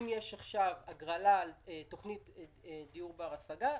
אם יש עכשיו הגרלה על תוכנית לדיור בר-השגה,